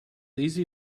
easy